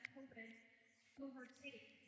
overtake